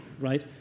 right